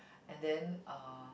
and then uh